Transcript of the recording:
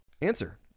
answer